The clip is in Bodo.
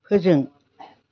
फोजों